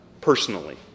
personally